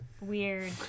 weird